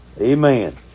Amen